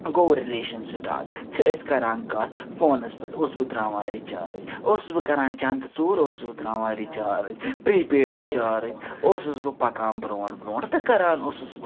گوٚو رِلیشَن سِٹاٹ چھِ أسۍ کَران کتھ فونَس پیٚٹھ اوسُس بہٕ ترٛاوان رِچارج اوسُس بہٕ کَران چَنٛدٕ ژوٗرٕ اوسُس بہٕ ترٛاوان رِچارج پرٛی پیڈ رِچارج اوسُس بہٕ پَکان برٛونٛٹھ برٛونٛٹھ تہٕ کَران اوسُس بہٕ